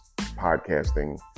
podcasting